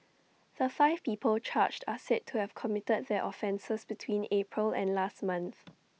the five people charged are said to have committed their offences between April and last month